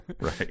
right